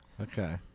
Okay